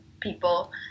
people